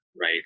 right